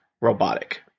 robotic